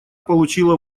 получила